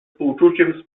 współczuciem